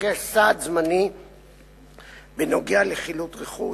מתבקש סעד זמני בנוגע לחילוט רכוש,